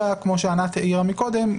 אלא כמו שענת העירה מקודם,